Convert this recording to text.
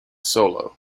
solo